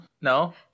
no